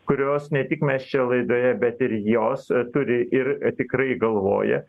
kurios ne tik mes čia laidoje bet ir jos turi ir tikrai galvoja